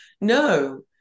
No